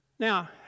Now